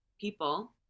people